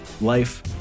life